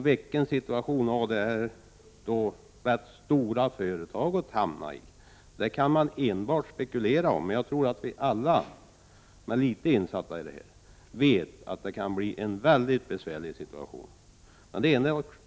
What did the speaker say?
Vilken situation som detta rätt stora företag då hade hamnat i, det kan man enbart spekulera i. Men jag tror att alla som är litet insatta i frågan vet att det kan bli en mycket besvärlig situation.